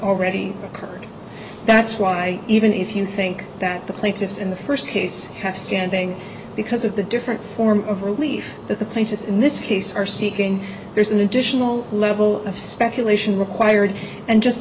already occurred that's why even if you think that the plaintiffs in the first case have standing because of the different form of relief that the plaintiffs in this case are seeking there's an additional level of speculation required and just